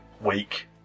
weak